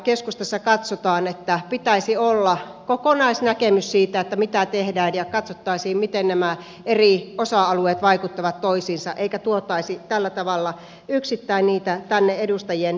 keskustassa katsotaan että pitäisi olla kokonaisnäkemys siitä mitä tehdään ja katsottaisiin miten nämä eri osa alueet vaikuttavat toisiinsa eikä tuotaisi tällä tavalla yksittäin niitä tänne edustajien päätettäväksi